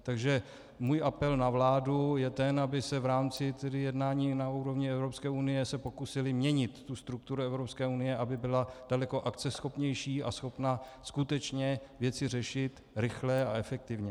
Takže můj apel na vládu je ten, aby se v rámci jednání na úrovni Evropské unie se pokusili měnit strukturu Evropské unie, aby byla daleko akceschopnější a schopna skutečně věci řešit rychle a efektivně.